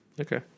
Okay